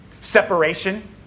separation